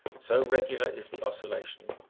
so regular is the oscillation,